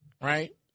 right